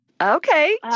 Okay